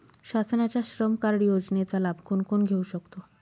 शासनाच्या श्रम कार्ड योजनेचा लाभ कोण कोण घेऊ शकतो?